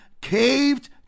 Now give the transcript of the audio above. caved